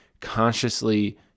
consciously